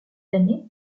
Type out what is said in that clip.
années